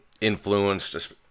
influenced